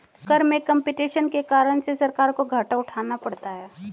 कर में कम्पटीशन के कारण से सरकार को घाटा उठाना पड़ता है